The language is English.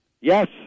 Yes